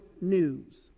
news